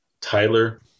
Tyler